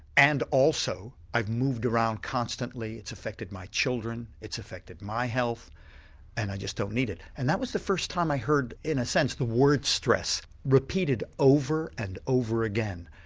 and also i've moved around constantly, it's affected my children, it's affected my health and i just don't need it. and that was the first time i heard in a sense the word stress repeated over and over again.